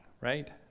right